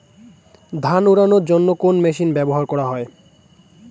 ধান উড়ানোর জন্য কোন মেশিন ব্যবহার করা হয়?